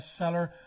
bestseller